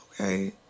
Okay